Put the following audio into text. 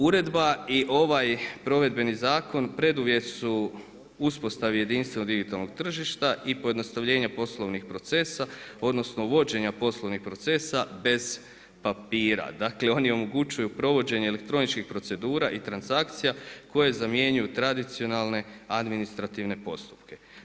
Uredba i ovaj provedbeni zakon preduvjet su uspostavi jedinstvenog digitalnog tržišta i pojednostavljenje poslovnih procesa, odnosno vođenja poslovnih procesa bez papira, dakle oni omogućuju provođenje elektroničkih procedura i transakcija koje zamjenjuju tradicionalne administrativne postupke.